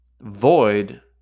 void